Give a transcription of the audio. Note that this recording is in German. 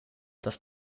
das